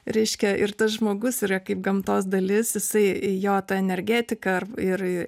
reiškia ir tas žmogus yra kaip gamtos dalis jisai jo ta energetika ar ir